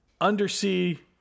undersea